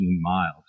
miles